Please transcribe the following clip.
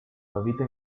habita